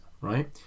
right